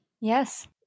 Yes